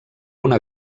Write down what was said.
una